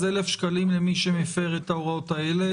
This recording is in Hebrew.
אז 1,000 שקלים למי שמפר את ההוראות האלה.